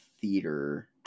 theater